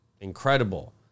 incredible